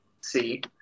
see